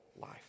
life